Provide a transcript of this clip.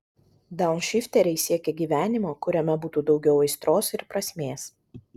daunšifteriai siekia gyvenimo kuriame būtų daugiau aistros ir prasmės